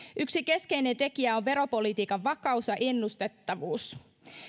yksi keskeinen tekijä on veropolitiikan vakaus ja ennustettavuus